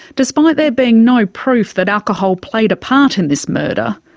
despite there being no proof that alcohol played a part in this murder,